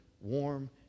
warm